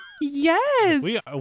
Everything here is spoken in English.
Yes